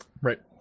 Right